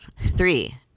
Three